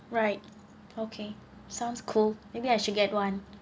right okay sounds cool maybe I should get one